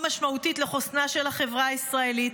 משמעותית לחוסנה של החברה הישראלית,